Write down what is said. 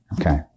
Okay